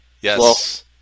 Yes